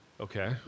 okay